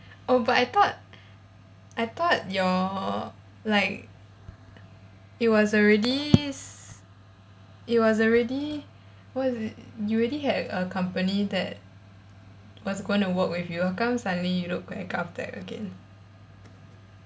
oh but I thought I thought your like it was already s~ it was already what is it you already had a company that was gonna work with you how come suddenly you look at GovTech again